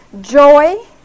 joy